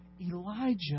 Elijah